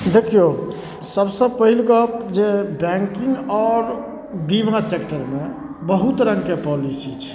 देखिऔ सबसँ पहिल गप जे बैँकिङ्ग आओर बीमा सेक्टरमे बहुत रङ्गके पॉलिसी छै